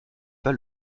pas